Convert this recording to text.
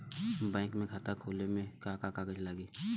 Bank में खाता खोले मे का का कागज लागी?